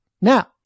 Now